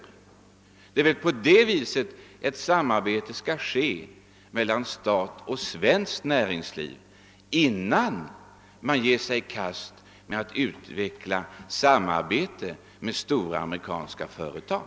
Ett sådant samarbete bör tas upp mellan staten och det svenska näringslivet innan man ger sig i kast med att utveckla ett samarbete med stora amerikanska företag.